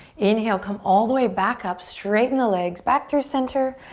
inhale, come all the way back up. straighten the legs back through center.